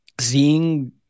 seeing